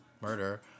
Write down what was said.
murder